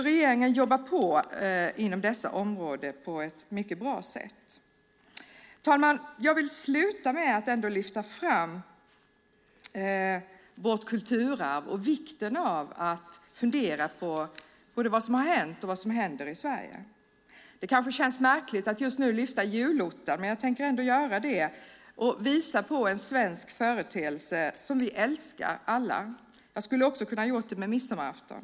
Regeringen jobbar alltså på inom dessa områden på ett mycket bra sätt. Herr talman! Jag vill dessutom lyfta fram vårt kulturarv och vikten av att fundera både på vad som hänt och på vad som händer i Sverige. Kanske känns det märkligt att just nu lyfta fram julottan. Jag tänker ändå göra det och visa på en svensk företeelse som vi alla älskar. Jag hade också kunnat lyfta fram midsommarafton.